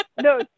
no